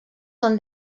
són